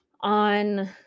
on